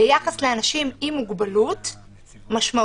ביחס לאנשים עם מוגבלות משמעותית,